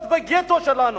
להיות בגטו שלנו.